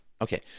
Okay